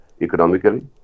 economically